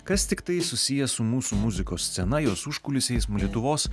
kas tiktai susiję su mūsų muzikos scena jos užkulisiais lietuvos